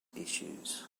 issues